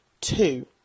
two